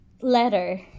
letter